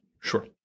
Sure